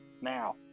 now